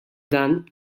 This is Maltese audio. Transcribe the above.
dan